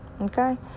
Okay